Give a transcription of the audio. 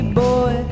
boy